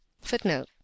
footnote